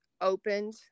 opened